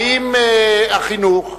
האם החינוך?